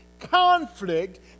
conflict